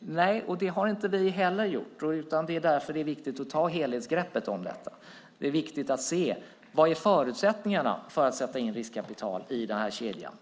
Nej, och det har inte vi heller gjort, och det är därför det är viktigt att ta helhetsgreppet om detta. Det är viktigt att se vad det är för förutsättningar att sätta in riskkapital i den här kedjan.